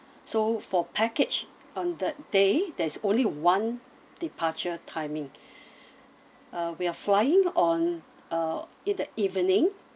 so for package on that day there's only one departure timing uh we are flying on uh in the evening